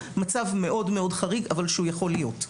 מצב מאוד מאוד חריג אבל הוא יכול להיות.